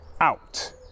out